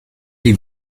die